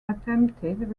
attempted